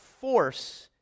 force